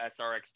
SRX